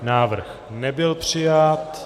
Návrh nebyl přijat.